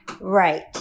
Right